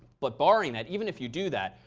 but barring that, even if you do that,